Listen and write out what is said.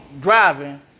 driving